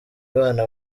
abana